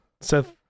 Seth